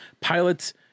pilots